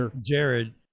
Jared